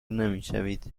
نمیشوید